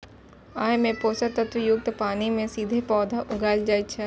अय मे पोषक तत्व युक्त पानि मे सीधे पौधा उगाएल जाइ छै